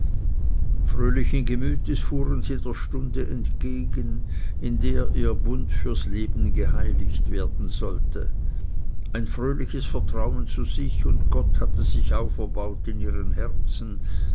fröhlichen gemütes fuhren sie der stunde entgegen in der ihr bund fürs leben geheiligt werden sollte ein fröhliches vertrauen zu sich und gott hatte sich auferbaut in ihren herzen